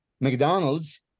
mcdonald's